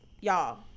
y'all